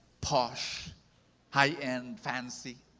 posh high-end fancy?